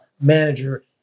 manager